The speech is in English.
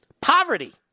Poverty